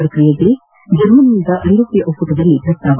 ಪ್ರಕ್ರಿಯೆಗೆ ಜರ್ಮನಿಯಿಂದ ಐರೋಪ್ಟ ಒಕ್ಕೂಟದಲ್ಲಿ ಪ್ರಸ್ತಾಪ